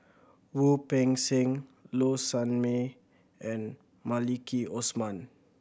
Wu Peng Seng Low Sanmay and Maliki Osman